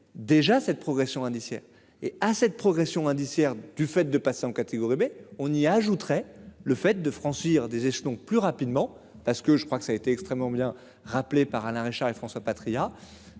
déjà cette progression indiciaire et à cette progression indiciaire du fait de passer en catégorie B on y ajouterait le fait de franchir des échelons. Plus rapidement parce que je crois que ça a été extrêmement bien rappelé par Alain Richard et François Patriat